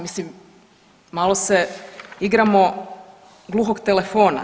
Mislim, malo se igramo gluhog telefona.